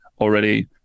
already